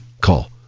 call